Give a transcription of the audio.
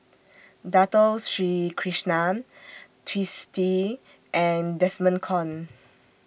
Dato Sri Krishna Twisstii and Desmond Kon